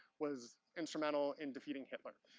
was instrumental in defeating hitler.